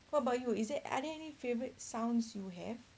what about you is there are there any favourite sounds you have